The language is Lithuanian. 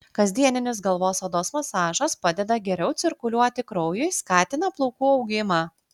kasdieninis galvos odos masažas padeda geriau cirkuliuoti kraujui skatina plaukų augimą